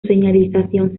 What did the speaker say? señalización